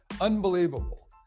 unbelievable